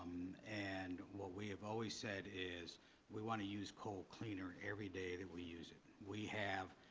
and what we have always said is we want to use coal cleaner every day that we use it. we have